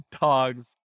dogs